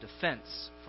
defense